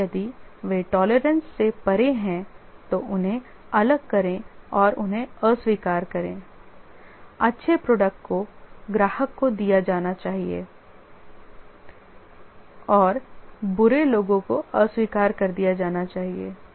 और यदि वे तोलेरेंज से परे हैं तो उन्हें अलग करें और उन्हें अस्वीकार करें अच्छे प्रोडक्ट को ग्राहक को दिया जाना चाहिए और बुरे लोगों को अस्वीकार कर दिया जाना चाहिए